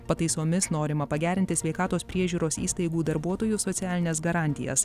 pataisomis norima pagerinti sveikatos priežiūros įstaigų darbuotojų socialines garantijas